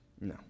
no